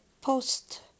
post